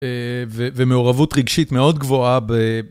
ומעורבות רגשית מאוד גבוהה